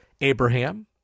Abraham